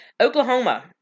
Oklahoma